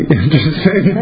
interesting